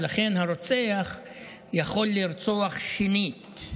ולכן הרוצח יכול לרצוח שנית.